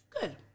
Good